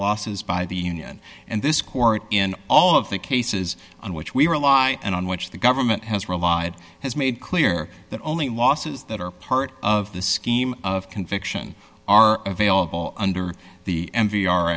losses by the union and this court in all of the cases on which we were a lie and on which the government has relied has made clear that only losses that are part of the scheme of conviction are available under the m v